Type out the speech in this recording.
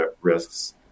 risks